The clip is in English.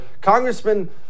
congressman